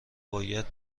باید